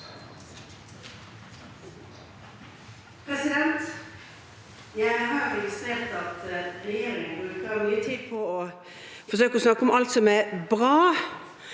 Jeg har registrert at re- gjeringen bruker mye tid på å forsøke å snakke om alt som er bra